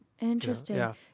Interesting